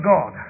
God